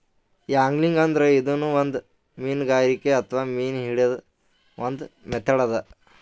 angling ಅಂದ್ರ ಇದೂನು ಒಂದ್ ಮೀನ್ಗಾರಿಕೆ ಅಥವಾ ಮೀನ್ ಹಿಡ್ಯದ್ದ್ ಒಂದ್ ಮೆಥಡ್ ಅದಾ